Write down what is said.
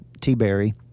T-berry